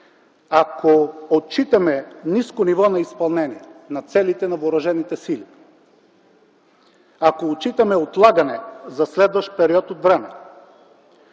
ако отчитаме ниско ниво на изпълнение на целите на въоръжените сили, ако отчитаме отлагане за следващ период от време